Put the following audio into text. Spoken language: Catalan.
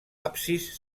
absis